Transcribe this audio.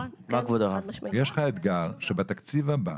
יש לך אתגר שבתקציב הבא